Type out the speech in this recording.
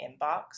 inbox